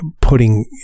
putting